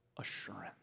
assurance